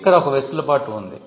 ఇక్కడ ఒక వెసులుబాటు ఉంది